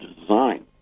design